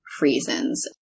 reasons